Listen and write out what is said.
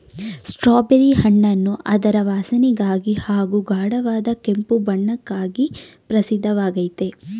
strawberry ಹಣ್ಣನ್ನು ಅದರ ವಾಸನೆಗಾಗಿ ಹಾಗೂ ಗಾಢವಾದ ಕೆಂಪು ಬಣ್ಣಕ್ಕಾಗಿ ಪ್ರಸಿದ್ಧವಾಗಯ್ತೆ